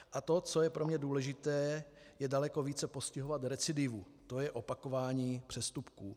A to, co je pro mě důležité, je daleko více postihovat recidivu, to je opakování přestupků.